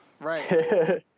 Right